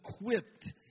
equipped